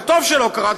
וטוב שלא קרה,